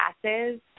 classes